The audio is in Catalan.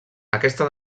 aquesta